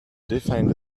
define